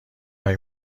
هایی